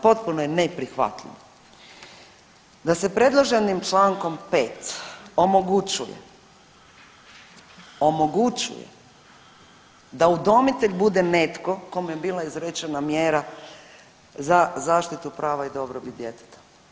Potpuno je neprihvatljivo da se predloženim čl. 5 omogućuje da udomitelj bude netko kome je bila izrečena mjera za zaštitu prava i dobrobiti djeteta.